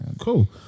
Cool